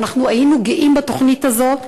ואנחנו היינו גאים בתוכנית הזאת.